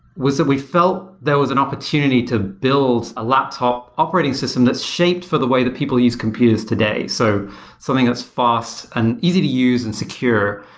was that we felt there was an opportunity build laptop operating system that's shaped for the way that people use computers today. so something that's fast and easy to use and secure,